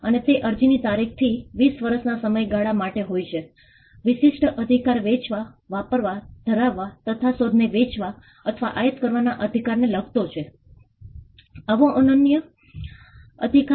2005 માં મુંબઇમાં એક વિનાશક આપતી સર્જાય હતી એક દિવસ 1000 લગભગ 1000 મિલીમીટર વરસાદ અને તેણે શહેરને લકવો કરી દીધો હતો શહેરના 60 ભાગ પરોક્ષ અથવા સીધા અસરગ્રસ્ત હતા